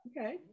okay